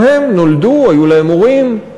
גם הם נולדו, היו להם הורים,